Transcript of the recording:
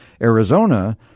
Arizona